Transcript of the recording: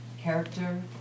character